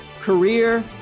career